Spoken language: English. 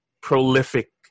prolific